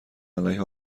علیه